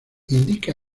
indica